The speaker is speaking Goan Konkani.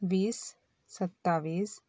वीस सत्तावीस